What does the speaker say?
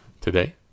Today